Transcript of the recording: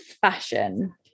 fashion